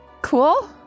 Cool